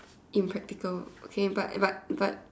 impractical okay but but but